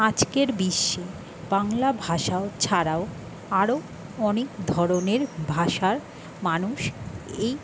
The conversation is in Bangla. আজকের বিশ্বে বাংলা ভাষাও ছাড়াও আরো অনেক ধরনের ভাষার মানুষ এই